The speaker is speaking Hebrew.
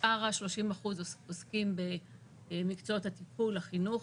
שאר ה-30% עוסקים במקצועות הטיפול, החינוך.